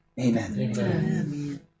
Amen